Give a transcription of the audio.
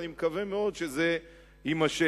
ואני מקווה מאוד שזה יימשך.